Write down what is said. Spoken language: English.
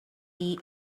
tea